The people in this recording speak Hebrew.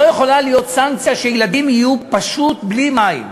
לא יכולה להיות סנקציה שילדים יהיו פשוט בלי מים.